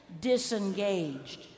disengaged